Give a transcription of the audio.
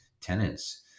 tenants